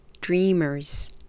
dreamers